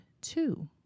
two